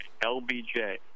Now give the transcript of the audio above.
LBJ